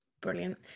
Brilliant